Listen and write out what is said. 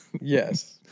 Yes